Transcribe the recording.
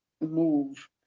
move